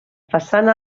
façana